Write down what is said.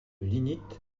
lignite